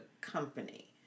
company